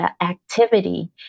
activity